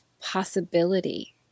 possibility